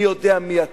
אני יודע מי אתה,